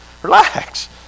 relax